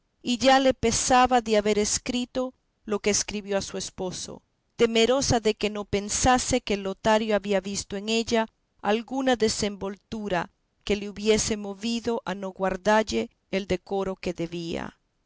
y ya le pesaba de haber escrito lo que escribió a su esposo temerosa de que no pensase que lotario había visto en ella alguna desenvoltura que le hubiese movido a no guardalle el decoro que debía